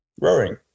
rowing